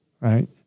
right